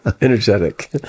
Energetic